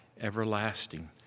everlasting